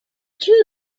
too